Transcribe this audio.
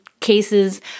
cases